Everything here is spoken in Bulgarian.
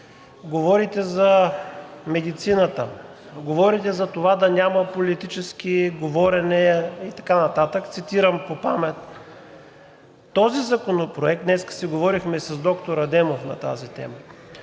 Говорите за медицината, говорите за това да няма политически говорения, цитирам по памет. Този законопроект – днес си говорихме и с доктор Адемов на тази тема,